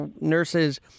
nurses –